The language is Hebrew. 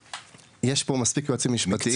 יש פה מספיק יועצים משפטיים.